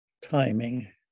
timing